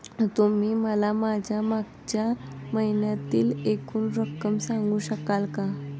तुम्ही मला माझ्या मागच्या महिन्यातील एकूण रक्कम सांगू शकाल का?